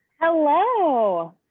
Hello